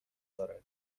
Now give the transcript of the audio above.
دارد